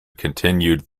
continued